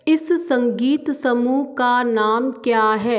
इस संगीत समूह का नाम क्या है